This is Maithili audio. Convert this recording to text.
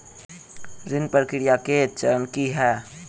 ऋण प्रक्रिया केँ चरण की है?